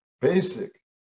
Basic